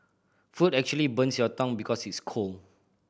food actually burns your tongue because it's cold